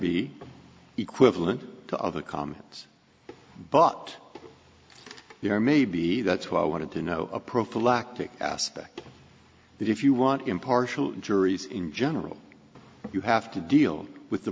be equivalent to other comments but there may be that's why i wanted to know a prophylactic aspect that if you want impartial juries in general you have to deal with the